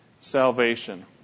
salvation